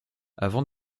avant